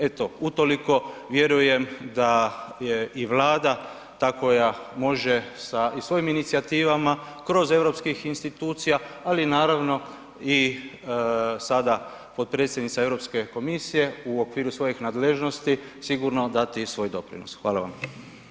Eto, utoliko vjerujem da je i Vlada ta koja može i svojim inicijativama kroz europskih institucija, ali naravno i sada potpredsjednica Europske komisije u okviru svojih nadležnosti sigurno dati svoj doprinos.